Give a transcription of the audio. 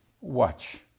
Watch